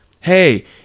Hey